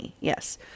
Yes